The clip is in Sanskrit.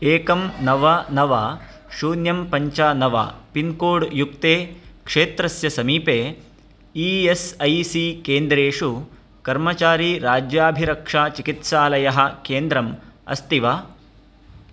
एकं नव नव शून्यं पञ्च नव पिन्कोड् युक्ते क्षेत्रस्य समीपे ई एस् ऐ सी केन्द्रेषु कर्मचारीराज्याभिरक्षाचिकित्सालयः केन्द्रम् अस्ति वा